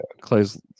Clay's